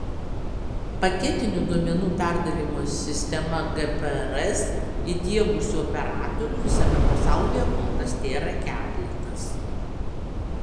paketinio duomenų perdavimo sistemą gprs įdiegusių operatorių visame pasaulyje kol kas tėra keletas